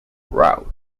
rout